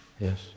Yes